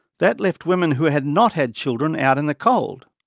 that left women who had not had children out in the cold.